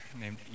named